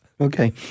okay